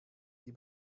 die